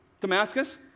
Damascus